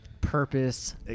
purpose